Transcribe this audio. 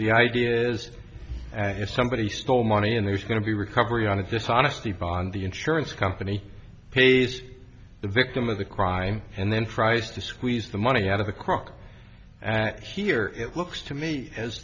the idea is if somebody stole money and there's going to be recovery on its dishonesty bond the insurance company pays the victim of the crime and then tries to squeeze the money out of the crock and here it looks to me as